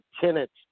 tenants